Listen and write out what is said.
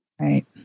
Right